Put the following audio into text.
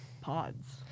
pods